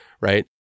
right